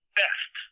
best